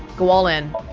go all in